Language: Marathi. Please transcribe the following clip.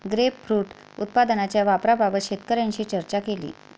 ग्रेपफ्रुट उत्पादनाच्या वापराबाबत शेतकऱ्यांशी चर्चा केली